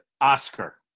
Oscar